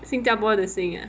新加坡的新啊